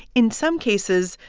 in some cases,